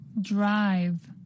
Drive